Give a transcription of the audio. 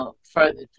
further